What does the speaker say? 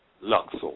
Luxor